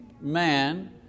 man